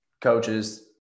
coaches